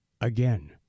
Again